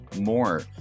more